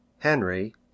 henry